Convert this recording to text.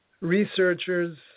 Researchers